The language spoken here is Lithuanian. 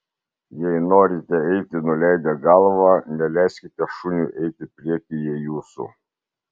jei norite eiti nuleidę galvą neleiskite šuniui eiti priekyje jūsų